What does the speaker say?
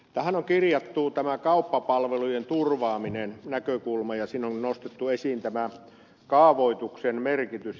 tähän on kirjattu tämä kauppapalvelujen turvaamisen näkökulma ja siinä on nostettu esiin kaavoituksen merkitys